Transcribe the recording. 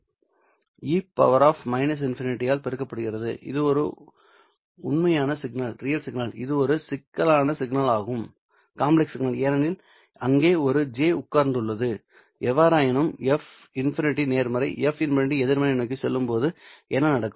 இது e ∞ ஆல் பெருக்கப்படுகிறது இது ஒரு உண்மையான சிக்னல் இது ஒரு சிக்கலான சிக்னல் ஆகும் ஏனெனில் அங்கே ஒரு j உட்கார்ந்துள்ளது எவ்வாறாயினும் f ∞ நேர்மறை f ∞எதிர்மறை நோக்கிச் செல்லும்போது என்ன நடக்கும்